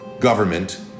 government